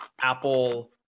Apple